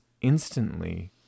instantly